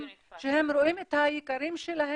שהם רואים את יקיריהם,